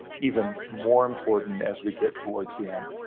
even more important as we get towards the end.